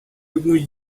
alguns